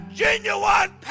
genuine